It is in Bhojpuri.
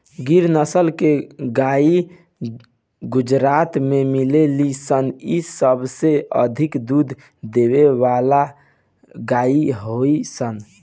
गिर नसल के गाई गुजरात में मिलेली सन इ सबसे अधिक दूध देवे वाला गाई हई सन